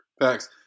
Thanks